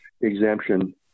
exemption